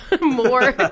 more